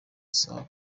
saa